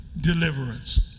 deliverance